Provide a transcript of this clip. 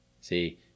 See